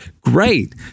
great